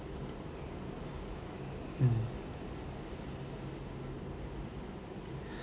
mm